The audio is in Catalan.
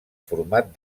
format